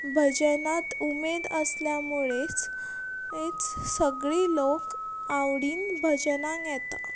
भजनांत उमेद आसल्या मुळेच सगळीं लोक आवडीन भजनाक येता